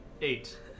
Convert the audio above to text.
Eight